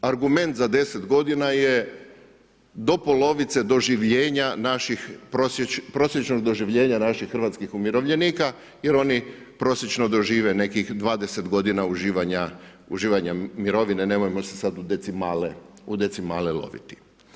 Argument za 10 godina je do polovice doživljenja naših, prosječnog doživljenja naših hrvatskih umirovljenika jer oni prosječno dožive nekih 20 godina uživanja mirovine, nemojmo se sad u decimale loviti.